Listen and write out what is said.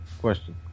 Question